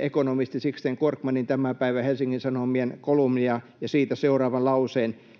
ekonomisti Sixten Korkmanin tämän päivän Helsingin Sanomien kolumnia ja siitä seuraavan lauseen: